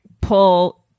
pull